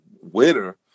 winner